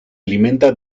alimenta